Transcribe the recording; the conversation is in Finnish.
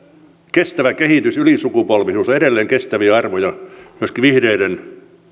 kestävä kehitys ylisukupolvisuus ovat edelleen kestäviä arvoja myöskin vihreiden